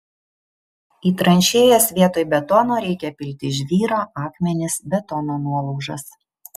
į tranšėjas vietoj betono reikia pilti žvyrą akmenis betono nuolaužas